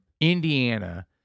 Indiana